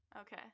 okay